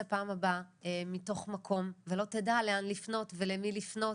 פעם הבאה מתוך מקום ולא תדע לאן לפנות ולמי לפנות,